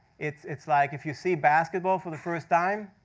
it's it's like, if you see basketball for the first time,